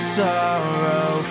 sorrow